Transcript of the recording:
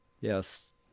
Yes